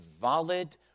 valid